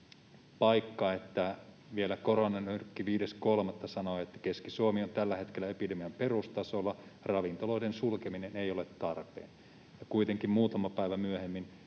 paikka, että vielä 5.3. koronanyrkki sanoi, että Keski-Suomi on tällä hetkellä epidemian perustasolla eikä ravintoloiden sulkeminen ole tarpeen. Kuitenkin muutama päivä myöhemmin